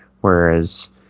Whereas